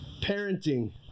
Parenting